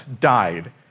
died